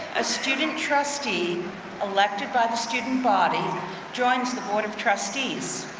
a student trustee elected by the student body joins the board of trustees.